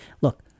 Look